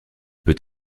peut